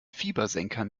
fiebersenker